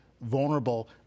vulnerable